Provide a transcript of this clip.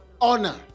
honor